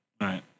Right